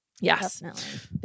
Yes